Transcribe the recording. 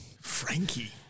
Frankie